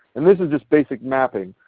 and this is just basic mapping,